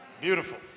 Beautiful